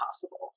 possible